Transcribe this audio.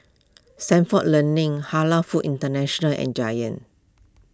Stalford Learning Halal Foods International and Giant